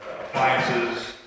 appliances